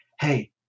hey